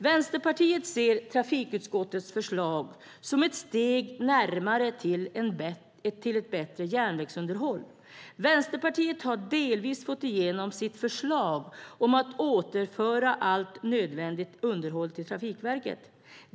Vänsterpartiet ser trafikutskottets förslag som ett steg närmare ett bättre järnvägsunderhåll. Vänsterpartiet har delvis fått igenom sitt förslag om att återföra allt nödvändigt underhåll till Trafikverket.